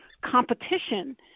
competition